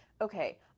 okay